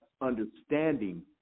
understanding